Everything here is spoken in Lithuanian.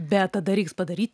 bet tada reiks padaryti